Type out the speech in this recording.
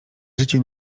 życie